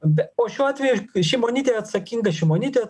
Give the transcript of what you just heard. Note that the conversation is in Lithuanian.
be o šiuo atveju šimonytė yra atsakinga šimonytė